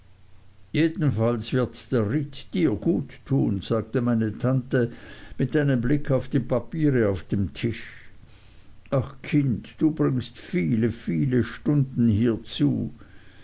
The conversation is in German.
jedenfalls wird der ritt dir gut tun sagte meine tante mit einem blick auf die papiere auf dem tisch ach kind du bringst viele viele stunden hier zu